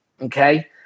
Okay